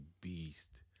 beast